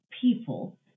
people